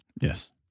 Yes